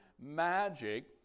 magic